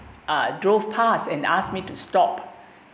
uh drove past and asked me to stop